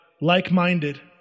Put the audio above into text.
like-minded